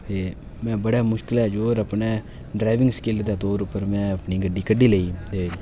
इ'यां बड़ेे driving skill दे तौर उप्पर मैं अपनी गड्डी कड्ढी लेई